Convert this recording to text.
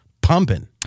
pumping